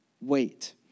wait